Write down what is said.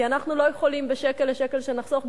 כי אנחנו לא יכולים בשקל לשקל שנחסוך,